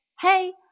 hey